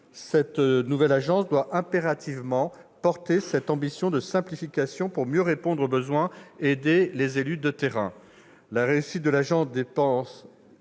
La nouvelle agence doit impérativement porter cette ambition de simplification pour mieux répondre aux besoins et aider les élus de terrain. La réussite de l'agence dépend